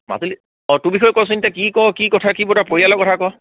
মাজুলী অঁ তোৰ বিষয়ে কচোন এতিয়া কি কৰ কি কথা কি বতৰা পৰিয়ালৰ কথা ক